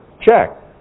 check